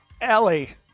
Ellie